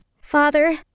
Father